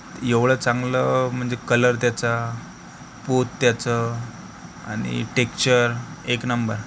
एवढं चांगलं म्हणजे कलर त्याचा पोत त्याचं आणि टेक्चर एक नंबर